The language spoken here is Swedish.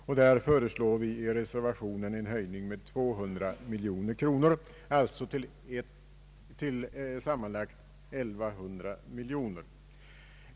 Reservanterna föreslår en höjning med 200 miljoner kronor, alltså till sammanlagt 1100 miljoner.